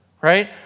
right